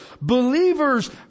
believers